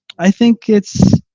i think it's,